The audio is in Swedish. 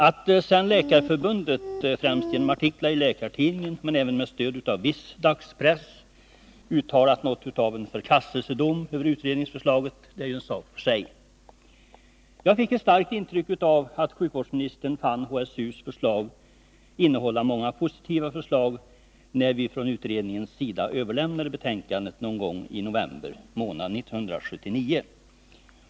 Att sedan Läkarförbundet, främst genom artiklar i Läkartidningen men även med stöd av viss dagspress, uttalat något av en förkastelsedom över utredningsförslaget är en sak för sig. Jag fick ett starkt intryck av att sjukvårdsministern fann betänkandet från hälsooch sjukvårdsutredningen innehålla många positiva förslag när vi från utredningens sida överlämnade betänkandet någon gång i november månad 1979.